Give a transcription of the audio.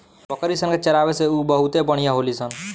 बकरी सन के चरावे से उ बहुते बढ़िया होली सन